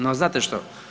No, znate što?